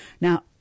Now